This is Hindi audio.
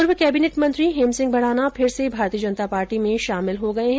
पूर्व कैबिनेट मंत्री हेमसिंह भडाना फिर से भारतीय जनता पार्टी में शामिल हो गए है